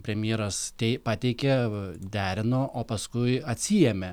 premjeras tei pateikė derino o paskui atsiėmė